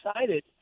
excited